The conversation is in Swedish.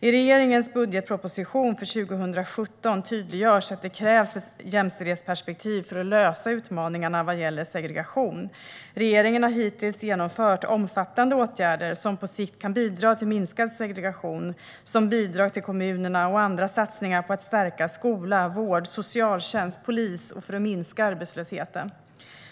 I regeringens budgetproposition för 2017 tydliggörs att det krävs bland annat ett jämställdhetsperspektiv för att lösa utmaningarna vad gäller segregation. Regeringen har hittills genomfört omfattande åtgärder som på sikt kan bidra till minskad segregation, såsom bidrag till kommunerna och andra satsningar för att stärka skola, vård, socialtjänst, polis, och till att minska arbetslösheten.